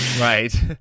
Right